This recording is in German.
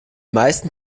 meisten